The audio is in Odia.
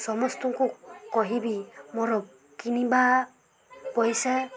ସମସ୍ତଙ୍କୁ କହିବି ମୋର କିଣିବା ପଇସା